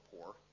poor